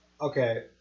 Okay